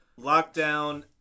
Lockdown